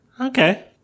Okay